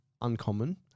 uncommon